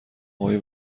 آقای